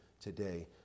today